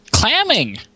Clamming